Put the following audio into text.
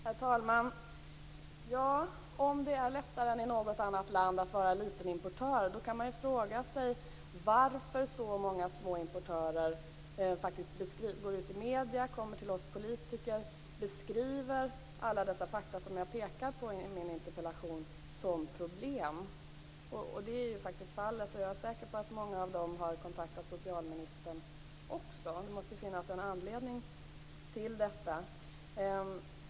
Herr talman! Om det är lättare här än i något annat land att vara importör, kan man fråga sig varför så många små importörer går ut i medierna, kommer till oss politiker och beskriver alla de fakta som jag pekar på i min interpellation som problem. Detta är faktiskt fallet, och jag är säker på att många av dem också har kontaktat socialministern. Det måste finnas en anledning till detta.